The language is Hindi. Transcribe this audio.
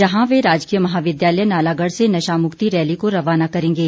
जहां वे राजकीय महाविद्यालय नालागढ़ से नशा मुक्ति रैली को रवाना करेंगे